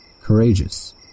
courageous